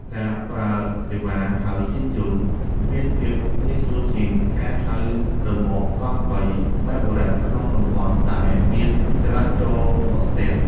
ការប្រើសេវាហៅយានជំនិះ មានភាពងាយស្រួលជាងការហៅរ៉ឺម៉កកង់បីបែបបុរាណក្នុងតំបន់ដែលមានចរាចរណ៍កកស្ទះ។